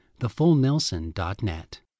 thefullnelson.net